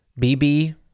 BB